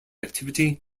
activity